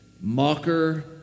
mocker